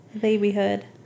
Babyhood